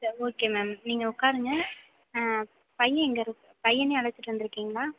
சரி okay ma'am நீங்கள் உக்காருங்க பையன் எங்கே பையனையும் அழைச்சிட்டு வந்துயிருக்கீங்களா